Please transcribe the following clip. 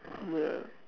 ya